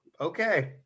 okay